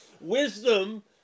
wisdom